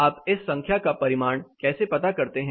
आप इस संख्या का परिमाण कैसे पता करते हैं